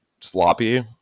sloppy